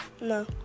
No